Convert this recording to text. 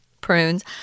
prunes